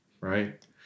right